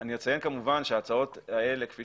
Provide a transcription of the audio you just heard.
אני אציין כמובן שההצעות האלה, כפי